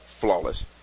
Flawless